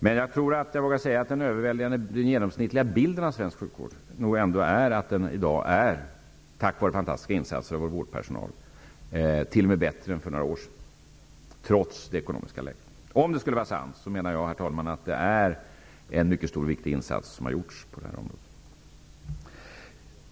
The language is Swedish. Men jag tror att jag vågar säga att den genomsnittliga bilden av svensk sjukvård ändå är att den i dag är t.o.m. bättre än för några år sedan, trots det ekonomiska läget och tack vare fantastiska insatser av vårdpersonalen. Om detta är sant menar jag, herr talman, att det är en mycket stor och viktig insats som gjorts på det här området.